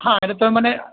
હા એટલે તમે મને